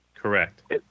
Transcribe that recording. Correct